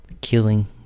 killing